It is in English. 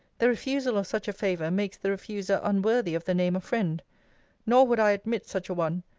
the refusal of such a favour makes the refuser unworthy of the name of friend nor would i admit such a one,